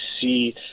see